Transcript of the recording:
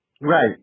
Right